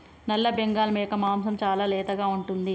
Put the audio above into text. నల్లబెంగాల్ మేక మాంసం చాలా లేతగా ఉంటుంది